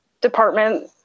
department